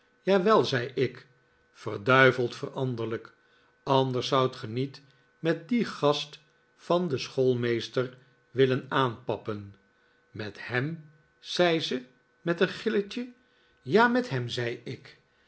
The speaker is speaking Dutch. jawel zei ik verduiveld veranderlijk anders zoudt ge niet met dien gast van den schoolmeester willen aanpappen met hem zei ze met een gilletje ja met hem zei ik